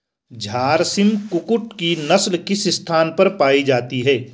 झारसिम कुक्कुट की नस्ल किस स्थान पर पाई जाती है?